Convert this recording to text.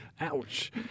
Ouch